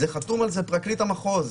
חתום על זה פרקליט המחוז,